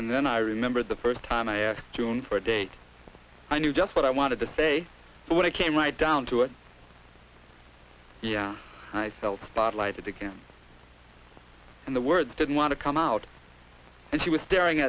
and then i remember the first time i asked june for a date i knew just what i wanted to say but when it came right down to it yeah i felt a spotlight again and the words didn't want to come out and she was staring